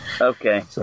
Okay